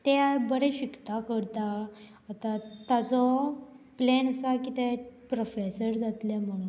तें बरें शिकता करता आतां ताजो प्लेन आसा की तें प्रोफेसर जातलें म्हणून